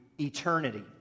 eternity